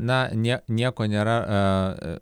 na nie nieko nėra